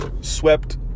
Swept